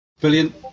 brilliant